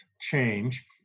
change